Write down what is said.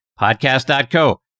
podcast.co